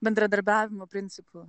bendradarbiavimo principu